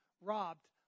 robbed